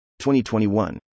2021